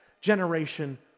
generation